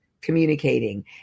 communicating